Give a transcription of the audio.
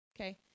Okay